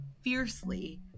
fiercely